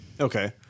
Okay